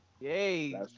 Yay